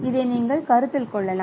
இதை நீங்கள் கருத்தில் கொள்ளலாம்